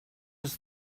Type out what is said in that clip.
was